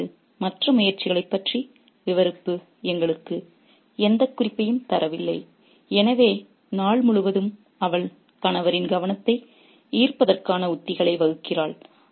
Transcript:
அவரது மற்ற முயற்சிகளைப் பற்றி விவரிப்பு எங்களுக்கு எந்த குறிப்பையும் தரவில்லை எனவே நாள் முழுவதும் அவள் கணவரின் கவனத்தை ஈர்ப்பதற்கான உத்திகளை வகுக்கிறாள்